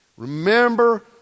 Remember